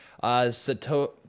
Sato